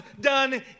done